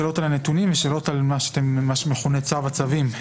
שאלות על הנתונים ושאלות על מה שמכונה צו הצווים.